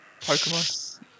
Pokemon